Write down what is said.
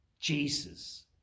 Jesus